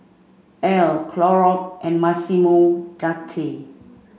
Elle Clorox and Massimo Dutti